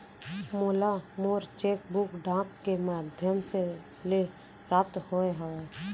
मोला मोर cheque book डाक के मध्याम ले प्राप्त होय हवे